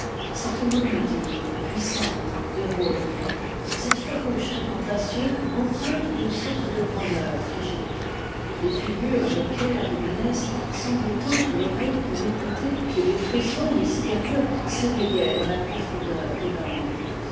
cette monodie puissante et rauque cette farouche incantation empreinte d'une sorte de grandeur tragique les figures de pierre du ménez semblaient tendre l'oreille pour écouter et des frissons mystérieux s'éveillaient dans la profondeur des landes